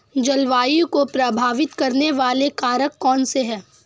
जलवायु को प्रभावित करने वाले कारक कौनसे हैं?